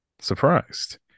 surprised